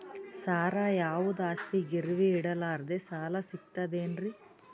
ಸರ, ಯಾವುದು ಆಸ್ತಿ ಗಿರವಿ ಇಡಲಾರದೆ ಸಾಲಾ ಸಿಗ್ತದೇನ್ರಿ?